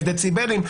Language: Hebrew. דציבלים,